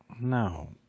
No